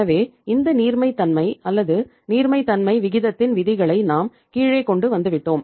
எனவே இந்த நீர்மைத்தமை அல்லது நீர்மைத்தமை விகிதத்தின் விதிகளை நாம் கீழே கொண்டு வந்துவிட்டோம்